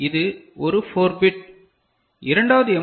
இது ஒரு 4 பிட் இரண்டாவது எம்